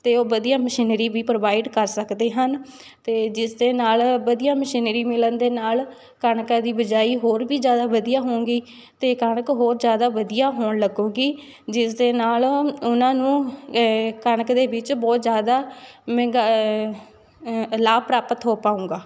ਅਤੇ ਉਹ ਵਧੀਆ ਮਸ਼ੀਨਰੀ ਵੀ ਪ੍ਰੋਵਾਈਡ ਕਰ ਸਕਦੇ ਹਨ ਅਤੇ ਜਿਸ ਦੇ ਨਾਲ਼ ਵਧੀਆ ਮਸ਼ੀਨਰੀ ਮਿਲਣ ਦੇ ਨਾਲ਼ ਕਣਕਾਂ ਦੀ ਬਿਜਾਈ ਹੋਰ ਵੀ ਜ਼ਿਆਦਾ ਵਧੀਆ ਹੋਊਂਗੀ ਅਤੇ ਕਣਕ ਹੋਰ ਜ਼ਿਆਦਾ ਵਧੀਆ ਹੋਣ ਲੱਗੇਗੀ ਜਿਸ ਦੇ ਨਾਲ਼ ਉਹਨਾਂ ਨੂੰ ਕਣਕ ਦੇ ਵਿੱਚ ਬਹੁਤ ਜ਼ਿਆਦਾ ਮਹਿੰਗ ਲਾਭ ਪ੍ਰਾਪਤ ਹੋ ਪਾਊਂਗਾ